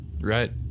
Right